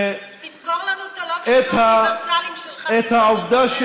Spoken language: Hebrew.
תמכור לנו את הלוקשים האוניברסליים שלך בהזדמנות אחרת.